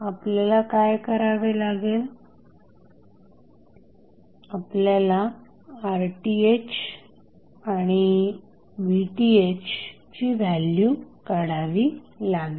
आपल्याला काय करावे लागेल हे असेल उर्वरित सर्किट ची आपल्याला Rth आणि Vth ची व्हॅल्यू काढावी लागेल